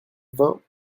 vingt